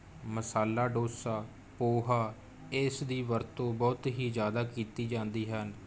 ਮਸਾਲਾ ਡੋਸਾ ਪੋਹਾ ਇਸ ਦੀ ਵਰਤੋਂ ਬਹੁਤ ਹੀ ਜ਼ਿਆਦਾ ਕੀਤੀ ਜਾਂਦੀ ਹਨ